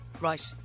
Right